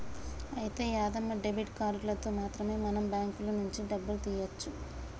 అయితే యాదమ్మ డెబిట్ కార్డులతో మాత్రమే మనం బ్యాంకుల నుంచి డబ్బులు తీయవచ్చు